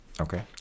Okay